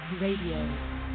Radio